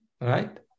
right